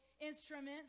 instruments